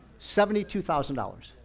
seventy two thousand dollars.